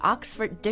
Oxford